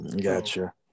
Gotcha